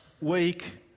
week